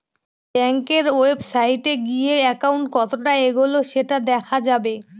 ব্যাঙ্কের ওয়েবসাইটে গিয়ে একাউন্ট কতটা এগোলো সেটা দেখা যাবে